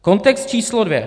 Kontext číslo dvě.